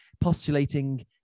postulating